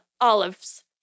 olives